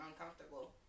uncomfortable